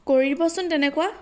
কৰিবচোন তেনেকুৱা